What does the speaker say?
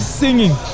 singing